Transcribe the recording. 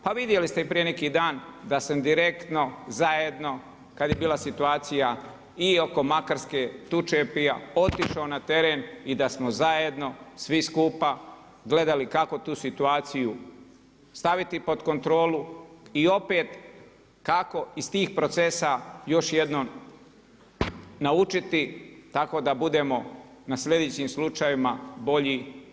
Pa vidjeli ste i prije neki dan da sam direktno zajedno kada je bila situacija i oko Makarske, Tučepa otišao na teren i da smo zajedno svi skupa gledali kako tu situaciju staviti pod kontrolu i opet kako iz tih procesa još jednom naučiti tako da budemo na sljedećim slučajevima bolji.